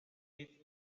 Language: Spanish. hit